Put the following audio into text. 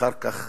אחר כך